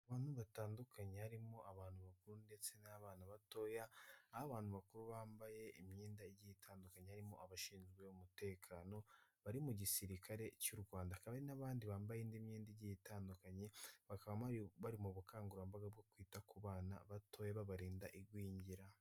Abantu batandukanye harimo abantu bakuru ndetse n'abana batoya, aho abantu bakuru bambaye imyenda igiye itandukanye, harimo abashinzwe umutekano bari mu gisirikare cy'u Rwanda, hakaba hari n'abandi bambaye indi myenda igiye itandukanye, bakaba bari mu bukangurambaga bwo kwita ku bana batoya babarinda igwingira.